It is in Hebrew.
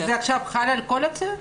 בחוויה מתקנת שעברתי ביום ראשון עם הבת שלי.